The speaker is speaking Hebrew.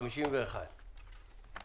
אחריות נושא51.